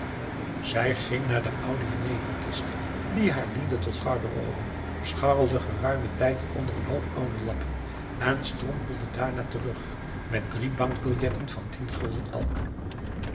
zij ging naar de oude jeneverkist die haar diende tot garderobe scharrelde geruimen tijd onder een hoop oude lappen en strompelde daarna terug met drie bankbiljetten van tien gulden elk